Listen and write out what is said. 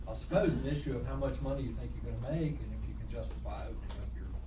suppose an issue of how much money you like you make and if you can justify a